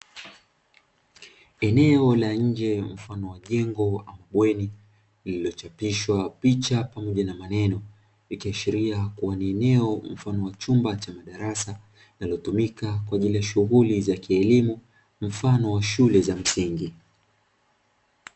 Eneo la nje mfano wa jengo ama bweni lilichapishwa picha pamoja na maneno, likiashiria kuwa ni eneo la chumba cha madarasa linalotumika kwa ajilii za kielimu mfano wa shule za msingi.